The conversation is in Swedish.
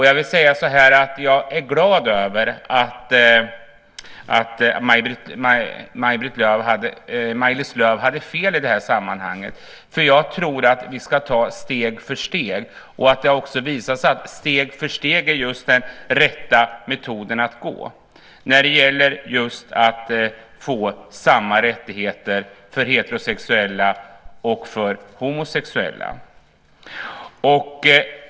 Jag vill säga att jag är glad över att Maj-Lis Lööw hade fel i det sammanhanget. Jag tror att vi ska ta steg för steg. Det har också visat sig att steg för steg är den rätta metoden att gå när det just gäller att få samma rättigheter för heterosexuella och för homosexuella.